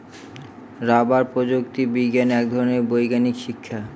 rubber প্রযুক্তি বিজ্ঞান এক ধরনের বৈজ্ঞানিক শিক্ষা